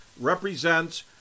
represents